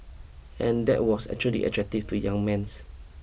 and that was actually attractive to young men